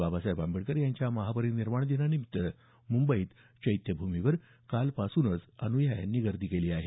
बाबासाहेब आंबेडकर यांच्या महापरिनिर्वाण दिनानिमित्त मुंबईत चैत्यभूमीवर कालपासूनचं अन्यायांनी गर्दी केली आहे